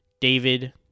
David